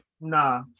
Nah